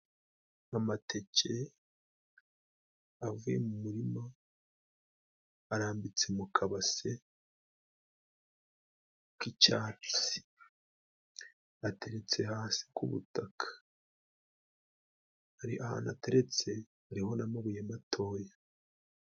Amateke avuye mu murima arambitse mu kabase k'icyatsi. Ateretse hasi ku butaka. Ari ahantu ateretse hariho n'amabuye matoya.